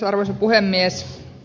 arvoisa puhemies